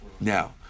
Now